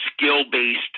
skill-based